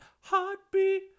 heartbeat